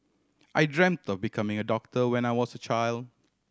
I dreamt of becoming a doctor when I was a child